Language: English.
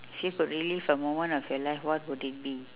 if you could relive a moment of your life what would it be